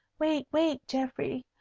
wait, wait, geoffrey!